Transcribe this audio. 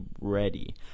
ready